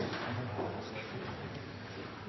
er den